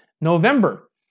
November